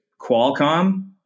Qualcomm